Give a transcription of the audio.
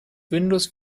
windows